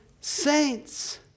saints